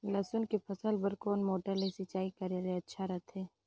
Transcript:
लसुन के फसल बार कोन मोटर ले सिंचाई करे ले अच्छा रथे?